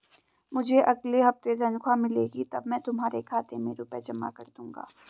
मुझे अगले हफ्ते तनख्वाह मिलेगी तब मैं तुम्हारे खाते में रुपए जमा कर दूंगा